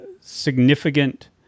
significant